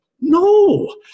No